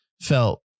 felt